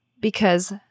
because-